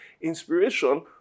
inspiration